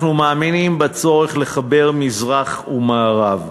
אנחנו מאמינים בצורך לחבר מזרח ומערב,